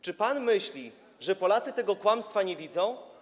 Czy pan myśli, że Polacy tego kłamstwa nie widzą?